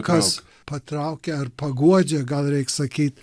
kas patraukia ar paguodžia gal reik sakyt